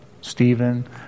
Stephen